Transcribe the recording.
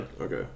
Okay